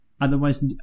otherwise